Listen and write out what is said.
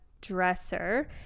dresser